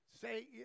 say